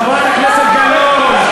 חברת הכנסת גלאון,